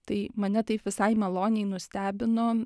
tai mane taip visai maloniai nustebino